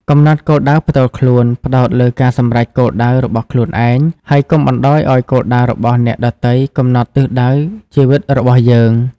កំណត់គោលដៅផ្ទាល់ខ្លួន ផ្តោតលើការសម្រេចគោលដៅរបស់ខ្លួនឯង ហើយកុំបណ្តោយឲ្យគោលដៅរបស់អ្នកដទៃកំណត់ទិសដៅជីវិតរបស់យើង។